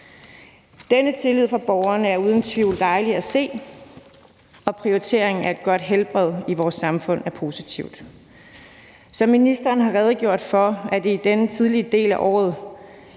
Denne tillid fra borgerne er uden tvivl dejlig at se, og prioriteringen af et godt helbred i vores samfund er positivt. Som ministeren har redegjort for, er det fra vores